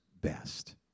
best